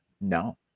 No